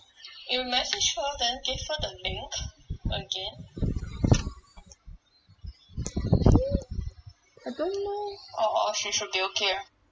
I think I don't know